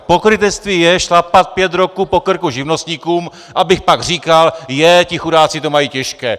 Pokrytectví je šlapat pět roků po krku živnostníkům, abych pak říkal: Jé, ti chudáci to mají těžké.